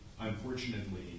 unfortunately